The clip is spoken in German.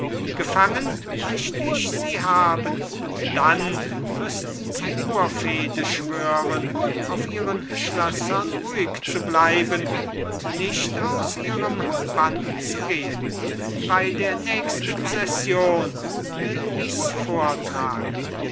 gefangen möcht ich sie haben und dann müßten sie urfehde schwören auf ihren schlössern ruhig zu bleiben und nicht aus ihrem bann zu gehen bei der nächsten session will ich's vortragen